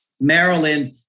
Maryland